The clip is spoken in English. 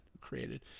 created